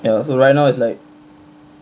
ya so right now is like